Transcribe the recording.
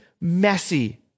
messy